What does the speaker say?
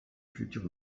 futur